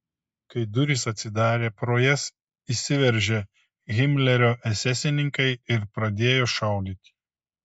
kai durys atsidarė pro jas įsiveržė himlerio esesininkai ir pradėjo šaudyti